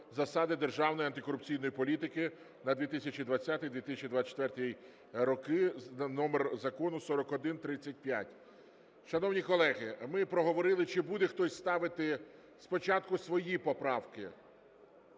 засади державної антикорупційної політики на 2020-2024 роки (номер закону 4135). Шановні колеги, ми проговорили. Чи буде хтось ставити спочатку свої поправки